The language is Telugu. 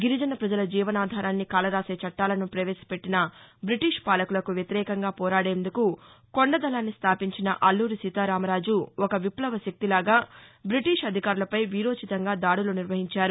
గిరిజన పజల జీవనాధారాన్ని కాలరాసే చట్టాలను ప్రపేశపెట్టిన బిటీష్ పాలకులకు వ్యతిరేకంగా పోరాదేందుకు కొండదకాన్ని స్టాపించిన అల్లూరి సీతారామరాజు ఒక విప్లవ శక్తిలాగా బ్రిటీష్ అధికారులపై వీరోచితంగా దాడులు నిర్వహించారు